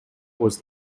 was